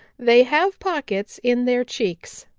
they have pockets in their cheeks.